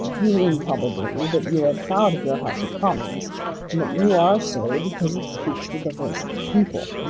you mean probably that you are proud of your house of commons and that you are so because it speaks with the voice of the people.